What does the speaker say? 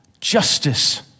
justice